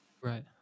Right